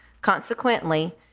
Consequently